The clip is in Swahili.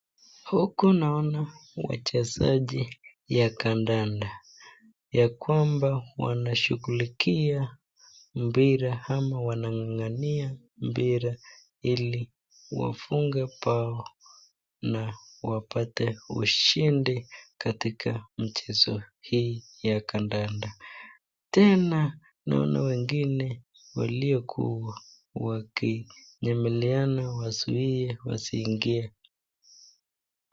Huku naona wachezaji ya kandanda ya kwamba wanashughulikia mpira ama wanangangania mpira ili wafunge bao na wapate ushindi katika mchezo hii ya kandanda, tena naona wengine waliokuwa wakinyemeleana wazuie wasiingie.